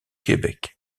québec